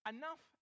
enough